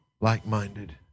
like-minded